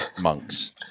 monks